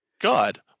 God